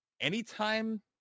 anytime